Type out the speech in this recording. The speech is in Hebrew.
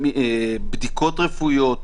בדיקות רפואיות,